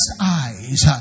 eyes